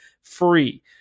free